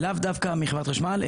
לאו דווקא מחברת חשמל,